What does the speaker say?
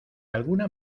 alguna